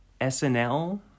SNL